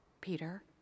Peter